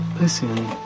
Listen